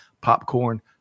popcorn